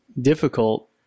difficult